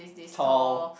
tall